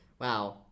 Wow